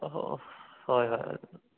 ꯍꯣꯏ ꯍꯣꯏ